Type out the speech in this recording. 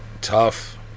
Tough